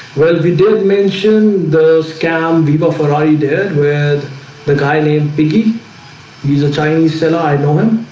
well, we don't mention the scampi buffer idea where the guy named piggy he's a chinese and i know him